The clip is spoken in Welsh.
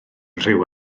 rhyw